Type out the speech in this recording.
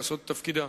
לעשות את תפקידם.